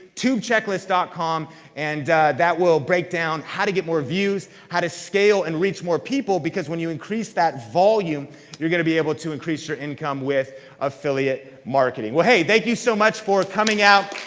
tubechecklist dot com and that will break down how to get more views, how to scale and reach more people because when you increase that volume you're gonna be able to increase your income with affiliate marketing. well hey, thank you so much for coming out.